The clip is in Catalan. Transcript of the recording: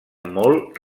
molt